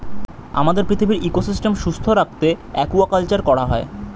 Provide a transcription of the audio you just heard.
আমাদের পৃথিবীর ইকোসিস্টেম সুস্থ রাখতে অ্য়াকুয়াকালচার করা হয়